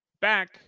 back